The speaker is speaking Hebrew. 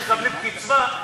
איך הם מקבלים קצבה,